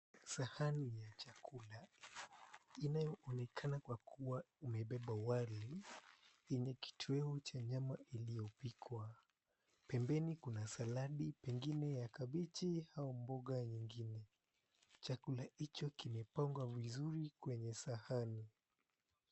Sahani ya chakula inayoonekana kwa kuwa imebeba wali yenye kitoweo cha nyama iliyopikwa. Pembeni kuna saladi pengine ya kabechi au mboga nyingine. Chakula hicho kimepangwa vizuri kwenye sahani.